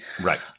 Right